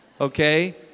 Okay